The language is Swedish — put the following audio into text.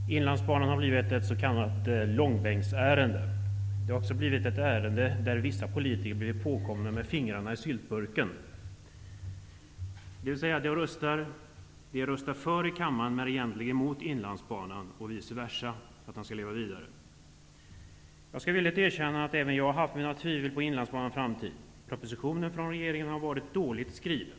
Fru talman! Frågan om Inlandsbanan har blivit ett s.k. långbänksärende. Det har blivit ett ärende där vissa politiker blivit påkomna med fingrarna i syltburken, dvs. de röstar för när de egentligen är emot Inlandsbanan och vice versa. Jag skall villigt erkänna att även jag har tvivlat på Inlandsbanans framtid. Propositionen från regeringen är dåligt skriven.